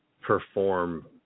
perform